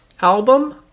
album